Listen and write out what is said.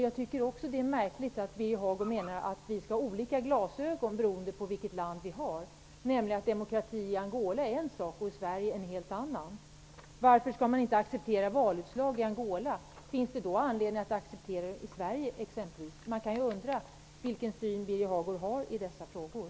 Jag tycker att det är märkligt att Birger Hagård menar att vi skall ha olika glasögon beroende på vilket land vi tittar på. Demokrati skulle vara en sak i Angola och en helt annan i Sverige. Varför skall man inte acceptera valutslag i Angola? Finns det då anledning att acceptera det i t.ex. Sverige? Man kan undra vilken syn Birger Hagård har i dessa frågor.